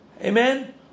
Amen